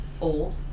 Old